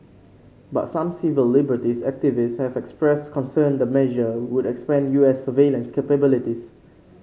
but some civil liberties activists have expressed concern the measure would expand U S surveillance capabilities